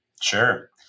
Sure